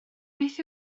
beth